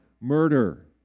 murder